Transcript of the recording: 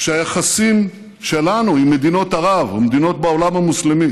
שהיחסים שלנו עם מדינות ערב ומדינות בעולם המוסלמי